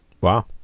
Wow